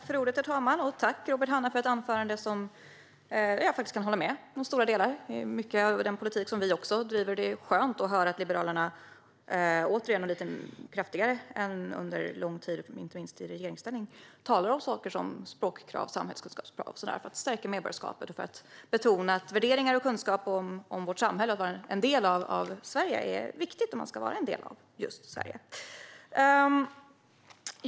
Herr talman! Tack, Robert Hannah, för ett anförande där jag faktiskt kan hålla med om stora delar. Det är mycket av den politik som även vi driver, och det är skönt att höra att Liberalerna återigen och lite kraftigare än under lång tid, inte minst i regeringsställning, talar om saker som språk och samhällskunskapskrav för att stärka medborgarskapet och för att betona att värderingar och kunskap om vårt samhälle och att vara en del av Sverige är viktigt om man ska vara en del av just Sverige.